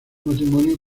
matrimonio